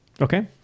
Okay